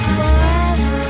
forever